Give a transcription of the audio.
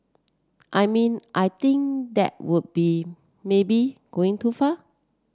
I mean I think that would be maybe going too far